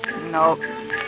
No